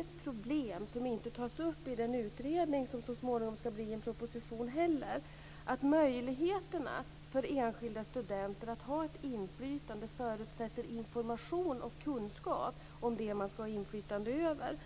Ett problem som inte tas upp i den utredning som så småningom skall bli en proposition är att möjligheterna för enskilda studenter att ha ett inflytande förutsätter information och kunskap om det man skall ha inflytande över.